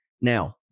Now